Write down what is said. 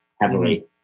heavily